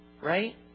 right